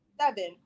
seven